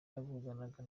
yavuganaga